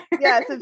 Yes